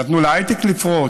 נתנו להייטק לפרוץ,